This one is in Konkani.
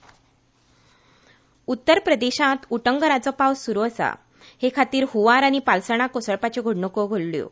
उत्तर प्रदेश उत्तर प्रदेशांत उटंगरांचो पावस सुरू आसा हे खातीर हंवार आनी पालसणां कोसळपाच्यो घडणुको घडल्यो